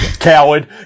Coward